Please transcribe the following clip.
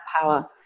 power